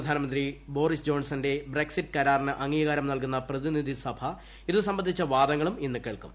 പ്രധാനമന്ത്രി ബോറിസ് ജോൺസണിന്റെ ബ്രക്സിറ്റ് കരാറിന് അംഗീകാരം നൽകുന്ന പ്രതിനിധിസഭ ഇത് സംബന്ധിച്ച് വാദങ്ങളും ഇന്ന് കേൾക്കും